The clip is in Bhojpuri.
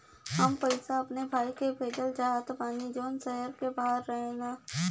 हम पैसा अपने भाई के भेजल चाहत बानी जौन शहर से बाहर रहेलन